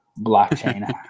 blockchain